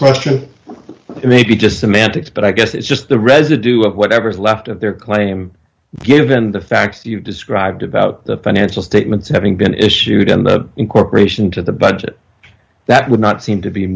question it may be just semantics but i guess it's just the residue of whatever's left of their claim given the fact you described about the financial statements having been issued and incorporation to the budget that would not seem to be